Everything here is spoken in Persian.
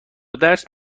درس